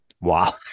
Wow